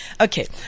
Okay